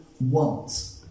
want